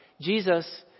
Jesus